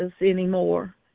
anymore